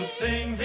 sing